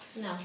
No